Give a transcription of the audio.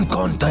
on